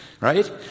right